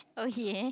okay